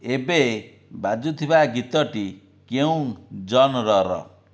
ଏବେ ବାଜୁଥିବା ଗୀତଟି କେଉଁ ଜନର୍ର